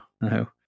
no